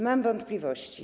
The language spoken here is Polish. Mam wątpliwości.